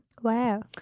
Wow